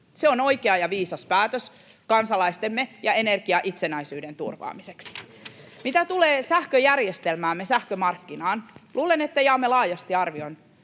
Se on oikea ja viisas päätös kansalaistemme ja energiaitsenäisyyden turvaamiseksi. Mitä tulee sähköjärjestelmäämme, sähkömarkkinaan, luulen, että jaamme laajasti arvion: